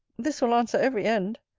this will answer every end.